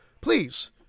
Please